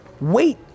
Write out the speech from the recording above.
wait